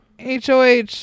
HOH